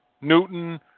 Newton